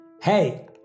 Hey